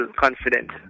confident